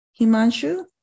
Himanshu